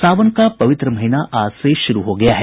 सावन का पवित्र महीना आज से शुरू हो गया है